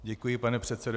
Děkuji, pane předsedo.